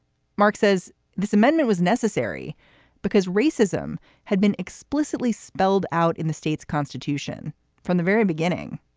mark says this amendment was necessary because racism had been explicitly spelled out in the state's constitution from the very beginning,